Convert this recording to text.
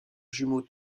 jumeau